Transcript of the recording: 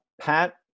Pat